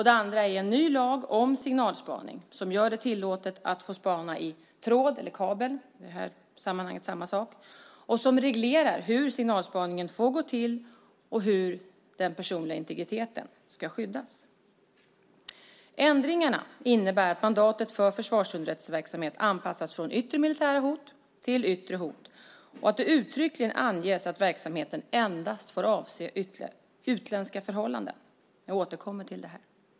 Det andra är en ny lag om signalspaning som gör det tillåtet att spana i tråd eller kabel - det är samma sak - och som reglerar hur signalspaningen får gå till och hur den personliga integriteten ska skyddas. Ändringarna innebär att mandatet för försvarsunderrättelseverksamhet anpassas från yttre militära hot till yttre hot och att det uttryckligen anges att verksamheten endast får avse utländska förhållanden. Jag återkommer till detta.